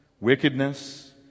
wickedness